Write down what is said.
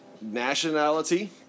nationality